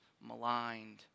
maligned